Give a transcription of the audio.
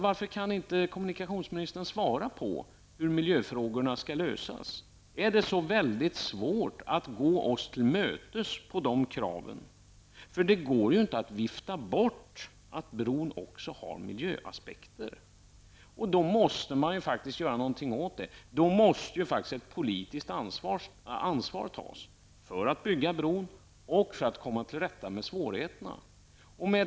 Varför kan inte kommunikationsministern svara på hur miljöfrågorna skall lösas? Är det så väldigt svårt att gå oss till mötes på dessa krav? Det går inte att vifta bort att frågan om bron också har miljöaspekter. Man måste då också göra någonting åt det. Ett politiskt ansvar för att bygga bron och för att komma till rätta med svårigheterna måste då faktiskt tas.